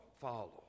follow